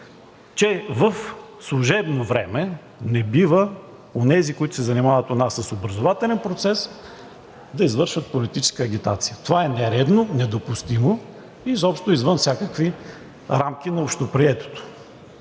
че в служебно време не бива онези, които се занимават у нас с образователен процес, да извършват политическа агитация. Това е нередно, недопустимо, изобщо извън всякакви рамки на общоприетото.